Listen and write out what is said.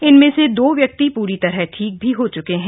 इनमें से दो व्यक्ति पूरी तरह ठीक भी हो चके हैं